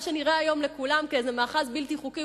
מה שנראה היום לכולם כאיזה מאחז בלתי חוקי,